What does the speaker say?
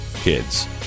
kids